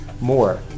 more